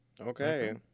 Okay